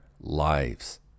lives